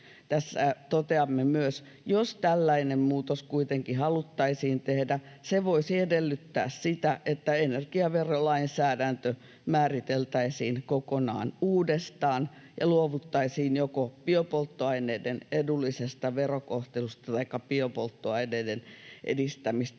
jos tällainen muutos kuitenkin haluttaisiin tehdä, se voisi edellyttää sitä, että energiaverolainsäädäntö määriteltäisiin kokonaan uudestaan ja luovuttaisiin joko biopolttoaineiden edullisesta verokohtelusta taikka biopolttoaineiden edistämisestä